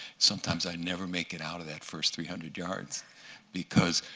sometimes i never make it out of that first three hundred yards because